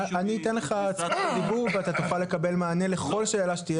אתן את זכות הדיבור ואתה תוכל לקבל מענה לכל שאלה שתהיה לך.